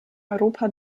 europa